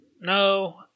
No